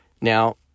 Now